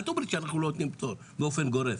אל תאמרי שאנחנו לא נותנים פטור באופן גורף.